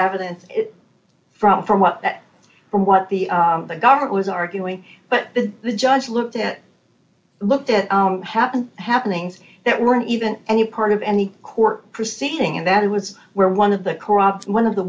evidence from from what from what the government was arguing but that the judge looked at looked at happened happenings that weren't even any part of any court proceeding and that was where one of the corrupt one of the